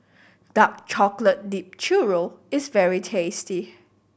dark chocolate dipped churro is very tasty